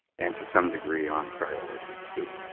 and to some degree on priority two.